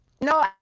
No